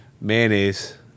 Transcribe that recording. mayonnaise